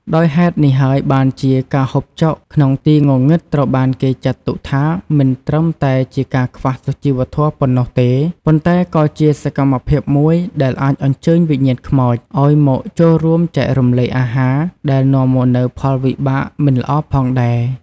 ដោយហេតុនេះហើយបានជា ការហូបចុកក្នុងទីងងឹតត្រូវបានគេចាត់ទុកថាមិនត្រឹមតែជាការខ្វះសុជីវធម៌ប៉ុណ្ណោះទេ ប៉ុន្តែក៏ជាសកម្មភាពមួយដែលអាចអញ្ជើញវិញ្ញាណខ្មោចឲ្យមកចូលរួមចែករំលែកអាហារ ដែលនាំមកនូវផលវិបាកមិនល្អផងដែរ ។